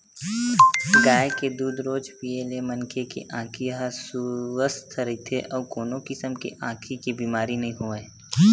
गाय के दूद रोज पीए ले मनखे के आँखी ह सुवस्थ रहिथे अउ कोनो किसम के आँखी के बेमारी नइ होवय